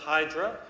Hydra